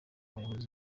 bayobozi